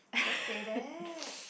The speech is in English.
don't say that